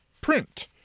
print